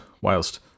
whilst